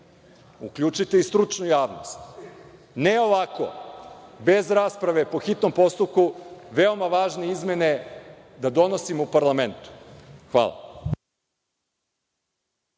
Uključite i stručnu javnost. Ne ovako bez rasprave po hitnom postupku. Veoma važne izmene da donosimo u parlamentu. Hvala.